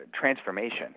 transformation